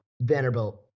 Vanderbilt